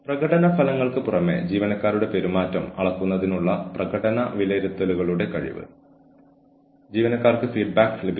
കൂടാതെ ഇതിനകം തന്നെ ബലഹീനത അനുഭവിക്കുന്ന ഒരു വ്യക്തിക്ക് ഏതെങ്കിലും തരത്തിലുള്ള തമാശകളിൽ അത്ര സുഖം തോന്നിയേക്കില്ല